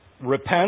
repent